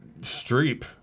Streep